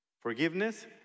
forgiveness